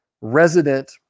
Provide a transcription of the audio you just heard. resident